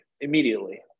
immediately